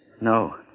No